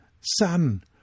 Son